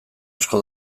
asko